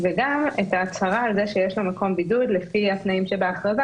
וגם את ההצהרה על זה שיש לו מקום בידוד לפי התנאים שבהכרזה,